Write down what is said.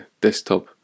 desktop